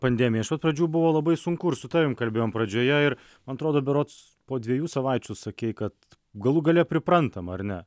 pandemiją iš pat pradžių buvo labai sunku ir su tavim kalbėjom pradžioje ir man atrodo berods po dviejų savaičių sakei kad galų gale priprantama ar ne